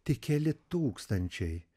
tik keli tūkstančiai